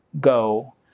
Go